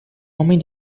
homem